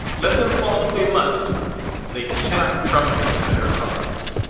let them fall if they must they cannot crumble in a better cause.